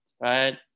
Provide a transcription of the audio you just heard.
right